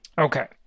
Okay